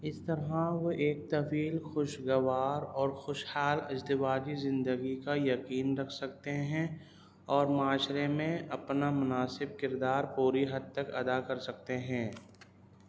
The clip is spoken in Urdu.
اس طرح وہ ایک طویل خوش گوار اور خوش حال ازدواجی زندگی کا یقین رکھ سکتے ہیں اور معاشرے میں اپنا مناسب کردار پوری حد تک ادا کر سکتے ہیں